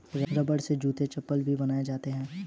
रबड़ से जूता चप्पल भी बनाया जाता है